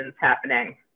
happening